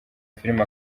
filime